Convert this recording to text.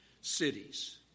cities